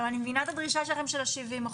אני מבינה את הדרישה שלכם של ה-70%,